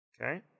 Okay